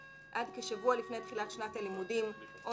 עד כשבוע לפני תחילת שנת הלימודים או